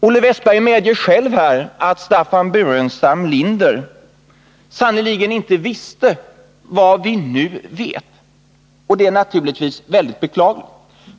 Olle Wästberg medger själv att Staffan Burenstam Linder sannerligen inte visste vad vi nu vet. Det är naturligtvis väldigt beklagligt.